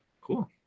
Cool